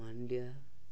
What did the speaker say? ମାଣ୍ଡିଆ